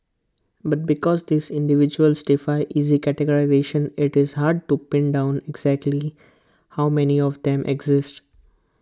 but because these individuals defy easy categorisation IT is hard to pin down exactly how many of them exist